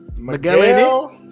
Miguel